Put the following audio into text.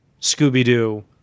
Scooby-Doo